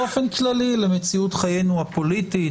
ובאופן כללי למציאות חיינו הפוליטית,